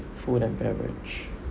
food and beverage